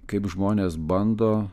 kaip žmonės bando